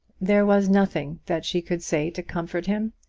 there was nothing that she could say to comfort him.